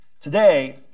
Today